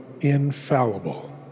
infallible